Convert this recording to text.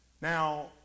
Now